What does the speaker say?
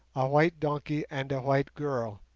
a white donkey, and a white girl.